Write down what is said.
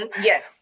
yes